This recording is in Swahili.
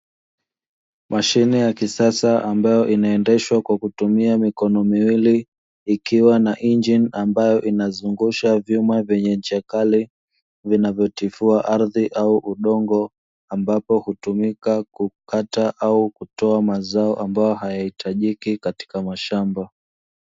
Mashine ya kisasa ambayo inaendeshwa kwa kutumia mikono miwili, ikiwa na injini ambayo inazungusha vyuma vyenye ncha kali vinavyotifua ardhi au udongo, ambapo hutumika kukata au kutoa mazao ambayo hayaitajiki katika mashamba.